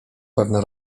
pewne